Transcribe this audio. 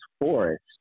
forest